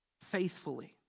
faithfully